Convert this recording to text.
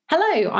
Hello